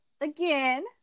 again